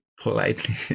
politely